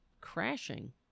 Crashing